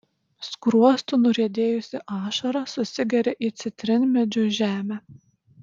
skruostu nuriedėjusi ašara susigeria į citrinmedžio žemę